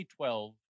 2012